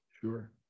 Sure